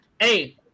Hey